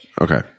Okay